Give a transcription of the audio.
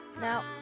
Now